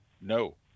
no